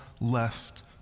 left